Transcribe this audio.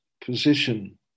position